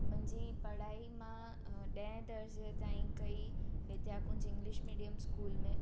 मुंहिंजी पढ़ाई मां अ ॾहें दर्जे ताईं कई Vidya Kunj English medium school में